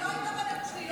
היא לא הייתה בנאום שלי.